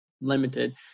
limited